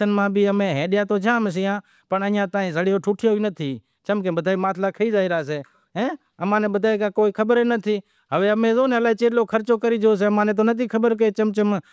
سڑتا زائی رئیا، چا رے پناہ ہزار سے، چا رے سٹھ ہزار سے زمیندار تو ودھاوتا زائیسیں مطلب ہاری جیکو بھی رہیو ای سدائیں سوراں ماہ ہوئیسے۔